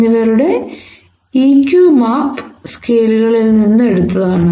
എന്നിവരുടെ EQ map സ്കെയിലുകളിൽ നിന്ന് എടുത്തതാണ്